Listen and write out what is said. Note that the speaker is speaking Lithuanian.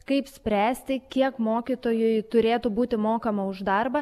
kaip spręsti kiek mokytojui turėtų būti mokama už darbą